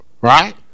Right